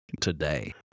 Today